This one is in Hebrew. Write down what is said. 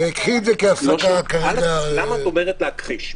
אף אחד לא מכחיש.